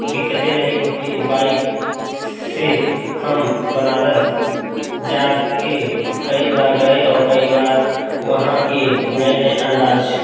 दिक्कतें नहीं होती है बाइक से हम बनारस जा कर कई बार गए और कई बार वहाँ के नए नए अंदाज़